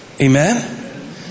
Amen